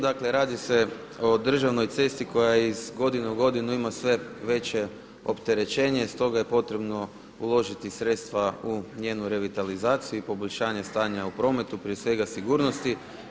Dakle radi se o državnoj cesti koja iz godine u godinu ima sve veće opterećenje stoga je potrebno uložiti sredstva u njenu revitalizaciju i poboljšanje stanja u prometu prije svega sigurnosti.